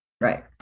Right